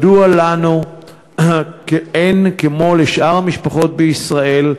מדוע לנו אין, כמו לשאר המשפחות בישראל,